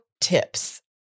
tips